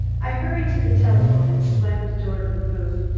i hurried to the telephone and slammed the door to the booth,